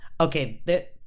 okay